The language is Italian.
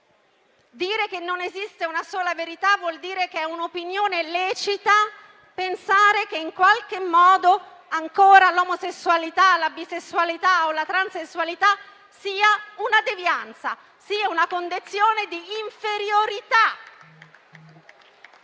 Dire che non esiste una sola verità vuol dire che è opinione lecita pensare che, in qualche modo, l'omosessualità, la bisessualità o la transessualità siano ancora una devianza e una condizione di inferiorità.